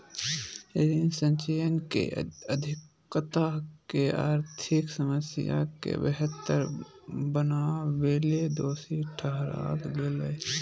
ऋण संचयन के अधिकता के आर्थिक समस्या के बेहतर बनावेले दोषी ठहराल गेलय